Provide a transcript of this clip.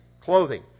clothing